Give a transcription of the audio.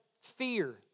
Fear